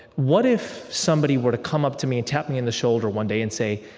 what if somebody were to come up to me and tap me on the shoulder one day and say,